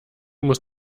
muss